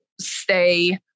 stay